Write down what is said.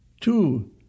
Two